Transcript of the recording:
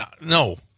no